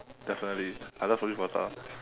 definitely I love roti prata